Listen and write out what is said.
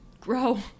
grow